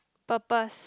purpose